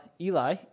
Eli